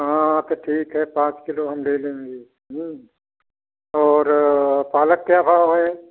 हाँ हाँ तो ठीक है पाँच किलो हम ले लेंगे और पालक क्या भाव है